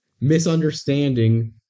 misunderstanding